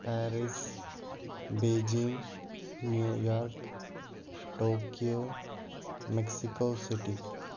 Paris Beijing New York Tokyo Mexico city